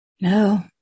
No